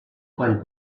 quan